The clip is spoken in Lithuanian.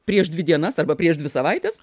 prieš dvi dienas arba prieš dvi savaites